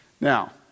Now